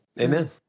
Amen